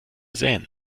sähen